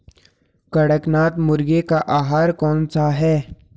कड़कनाथ मुर्गे का आहार कौन सा है?